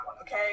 Okay